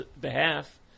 behalf